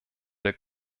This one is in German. der